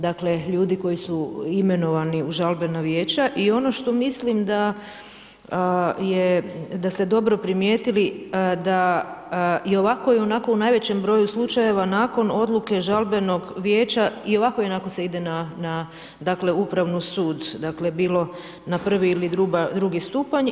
Dakle, ljudi koji su imenovani u žalbeno vijeće i ono što mislim da je, da ste dobro primijetili, da i ovako i onako u najvećem broju slučajeva, nakon odluke žalbenog vijeća, i ovako i onako se ide na upravni sud, dakle, bilo na prvi ili na drugi stupanj.